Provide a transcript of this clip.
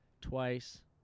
twice